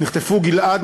נחטפו גיל-עד,